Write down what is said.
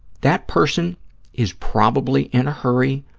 that person is probably in a hurry,